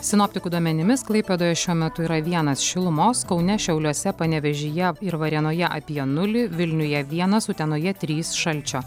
sinoptikų duomenimis klaipėdoje šiuo metu yra vienas šilumos kaune šiauliuose panevėžyje ir varėnoje apie nulį vilniuje vienas utenoje trys šalčio